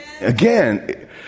again